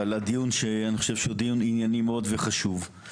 על הדיון שהוא ענייני מאוד וחשוב.